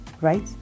right